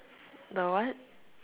the what